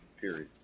Period